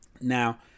Now